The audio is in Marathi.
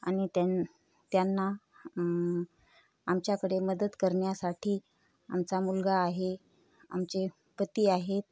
आणि त्यां त्यांना आमच्याकडे मदत करण्यासाठी आमचा मुलगा आहे आमचे पती आहेत